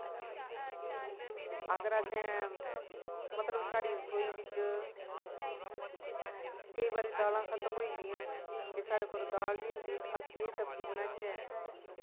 अगर असैं मतलव साढ़ी रसोई च केंई बारी दालां खत्म होई जंदियां ते साढ़ै कोल दाल नी होंदी ते अस केह् सब्जी बनाचै